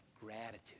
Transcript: gratitude